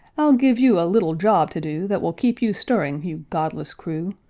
i'll give you a little job to do that will keep you stirring, you godless crew!